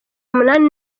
munani